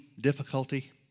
difficulty